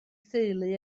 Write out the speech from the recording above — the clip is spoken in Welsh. theulu